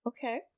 Okay